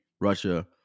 Russia